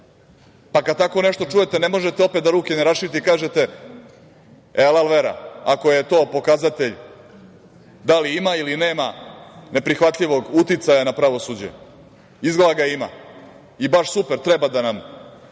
javno. Kada tako nešto čujete ne možete da ruke ne raširite i kažete – e alal vera, ako je to pokazatelj da li ima ili nema neprihvatljivog uticaja na pravosuđe. Izgleda ga ima. I baš super, treba da nam